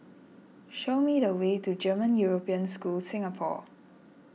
show me the way to German European School Singapore